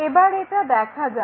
এবার এটা দেখা যাক